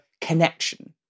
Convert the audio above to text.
connection